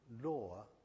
law